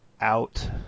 out